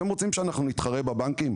אתם רוצים שאנחנו נתחרה בבנקים?